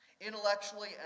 Intellectually